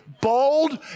Bold